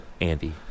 andy